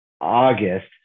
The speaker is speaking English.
August